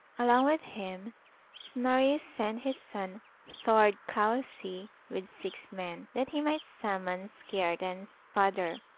along with him snorri sent his son thord kausi, with six men, that he might summons kiartan's father,